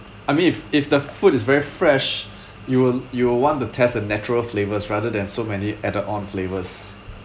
I mean if if the food is very fresh you will you will want to test the natural flavours rather than so many added on flavours